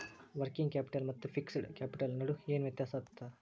Working capital ಮತ್ತ fixed capital ನಡು ಏನ್ ವ್ಯತ್ತ್ಯಾಸದ?